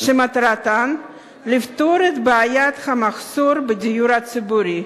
שמטרתן לפתור את בעיית המחסור בדיור הציבורי.